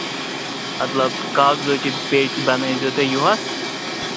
مطلب کاغذُو چہِ پیٹہِ بَنٲوزیٚو تُہۍ یِہُس